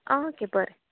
okay बरें